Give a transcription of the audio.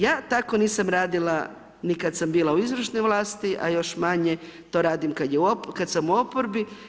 Ja tako nisam radila ni kada sam bila u izvršnoj vlasti, a još manje to radim kada sam u oporbi.